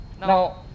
Now